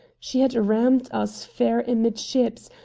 she had rammed us fair amidships,